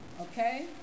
okay